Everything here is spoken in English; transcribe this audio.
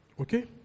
Okay